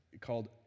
called